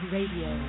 Radio